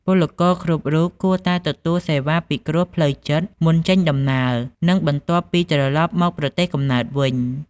ពលករគ្រប់រូបគួរតែទទួលសេវាពិគ្រោះផ្លូវចិត្តមុនចេញដំណើរ និងបន្ទាប់ពីត្រឡប់មកប្រទេសកំណើតវិញ។